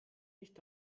nicht